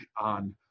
on